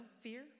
fear